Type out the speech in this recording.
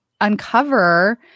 uncover